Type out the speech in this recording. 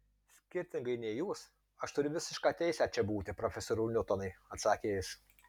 skirtingai nei jūs aš turiu visišką teisę čia būti profesoriau niutonai atsakė jis